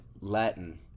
Latin